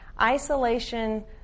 Isolation